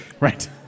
Right